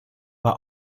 war